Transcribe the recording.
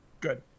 Good